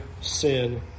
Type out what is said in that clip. sin